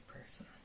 person